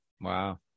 Wow